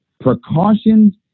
precautions